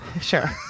Sure